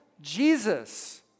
Jesus